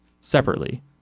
separately